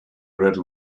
read